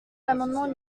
l’amendement